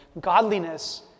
Godliness